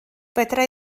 fedra